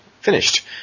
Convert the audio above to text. finished